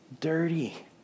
dirty